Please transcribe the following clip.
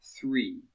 Three